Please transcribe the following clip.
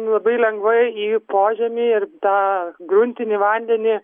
labai lengvai į požemį ir tą gruntinį vandenį